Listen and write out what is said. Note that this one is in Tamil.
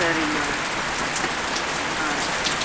சரிங்கம்மா ஆ சரிங்க